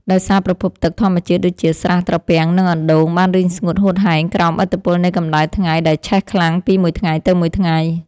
ដោយសារប្រភពទឹកធម្មជាតិដូចជា ស្រះ ត្រពាំង និងអណ្ដូង បានរីងស្ងួតហួតហែងក្រោមឥទ្ធិពលនៃកម្ដៅថ្ងៃដែលឆេះខ្លាំងពីមួយថ្ងៃទៅមួយថ្ងៃ។